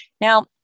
Now